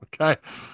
Okay